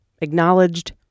acknowledged